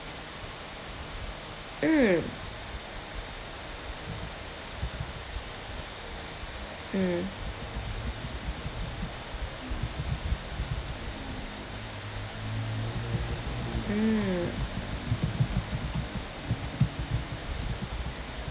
mm mm mm